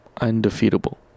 Undefeatable